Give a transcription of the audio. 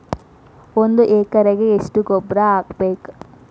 ಒಂದ್ ಎಕರೆಗೆ ಎಷ್ಟ ಗೊಬ್ಬರ ಹಾಕ್ಬೇಕ್?